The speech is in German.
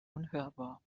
unhörbar